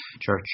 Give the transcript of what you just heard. church